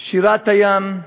שירת-הים,